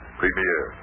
premier